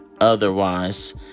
Otherwise